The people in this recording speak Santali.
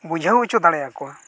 ᱵᱩᱡᱷᱟᱹᱣ ᱚᱪᱚ ᱫᱟᱲᱮᱭᱟᱠᱚᱣᱟ